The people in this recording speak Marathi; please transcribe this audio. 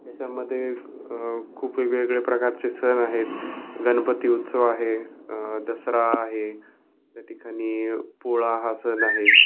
त्याच्यामध्ये खूप वेगवेगळे्या प्रकारचे सण आहेत गणपती उत्सव आहे दसरा आहे त्या ठिकाणी पोळा हा सण आहे